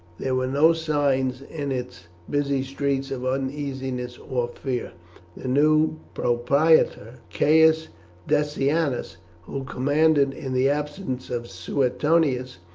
there were no signs in its busy streets of uneasiness or fear. the new propraetor catus decianus, who commanded in the absence of suetonius,